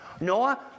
Noah